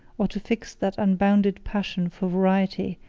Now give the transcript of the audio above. or to fix that unbounded passion for variety,